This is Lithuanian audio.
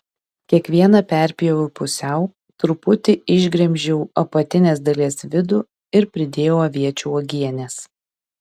kiekvieną perpjoviau pusiau truputį išgremžiau apatinės dalies vidų ir pridėjau aviečių uogienės